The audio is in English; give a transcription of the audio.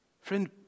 friend